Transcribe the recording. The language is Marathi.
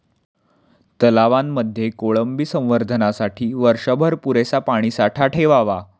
तलावांमध्ये कोळंबी संवर्धनासाठी वर्षभर पुरेसा पाणीसाठा ठेवावा